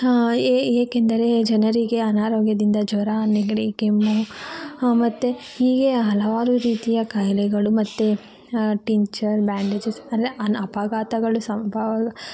ಏ ಏಕೆಂದರೆ ಜನರಿಗೆ ಅನಾರೋಗ್ಯದಿಂದ ಜ್ವರ ನೆಗಡಿ ಕೆಮ್ಮು ಮತ್ತೆ ಹೀಗೆ ಹಲವಾರು ರೀತಿಯ ಕಾಯಿಲೆಗಳು ಮತ್ತೆ ಟಿಂಚರ್ ಬ್ಯಾಂಡೇಜಸ್ ಎಲ್ಲ ಅನ ಅಪಘಾತಗಳು ಸಂಭವ